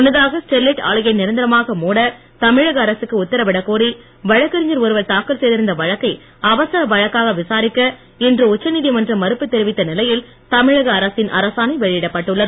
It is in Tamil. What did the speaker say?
முன்னதாக ஸ்டெர்லைட் ஆலையை நிரந்தரமாக மூட தமிழக அரசுக்கு உத்தரவிடக்கோரி வழக்கறிஞர் ஒருவர் தாக்கல் செய்திருந்த வழக்கை அவசர வழக்காக விசாரிக்க இன்று டச்ச நீதிமன்றம் மறுப்பு தெரிவித்த நிலையில் தமிழக அரசின் அரசாணை வெளியிடப்பட்டுள்ளது